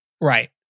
Right